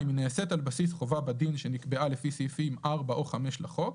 היא נעשית על בסיס חובה בדין שנקבעה לפי סעיפים 4 או 5 לחוק,